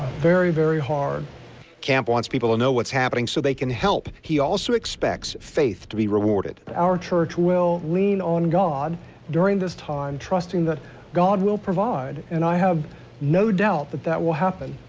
very, very hard. reporter camp wants people to know what's happening so they can help. he also expects faith to be rewarded. our church will lean on god during this time, trusting that god will provide. and i have no doubt that that will happen.